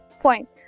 point